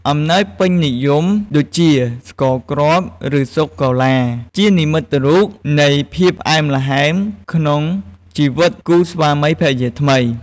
អំណោយពេញនិយមដូចជា ស្ករគ្រាប់ ឬសូកូឡា ជានិមិត្តរូបនៃភាពផ្អែមល្ហែមក្នុងជីវិតគូស្វាមីភរិយាថ្មី។